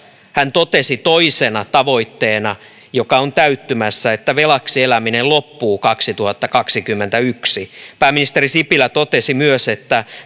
hän totesi toisena tavoitteena joka on täyttymässä että velaksi eläminen loppuu kaksituhattakaksikymmentäyksi pääministeri sipilä totesi myös että